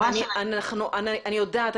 אני יודעת,